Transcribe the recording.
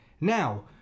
Now